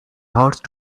horse